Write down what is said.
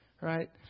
Right